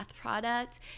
product